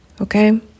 Okay